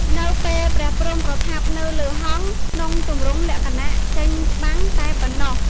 នៅពេល ព្រះព្រហ្ម ប្រថាប់នៅលើហង្ស ក្នុងទម្រងលក្ខណៈចេញច្បាំងតែប៉ុណ្ណោះ ។